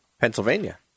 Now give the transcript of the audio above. Pennsylvania